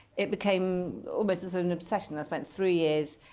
it became almost so an obsession. i spent three years,